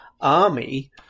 army